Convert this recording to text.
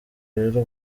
rero